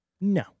no